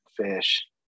fish